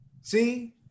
See